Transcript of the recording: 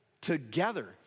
together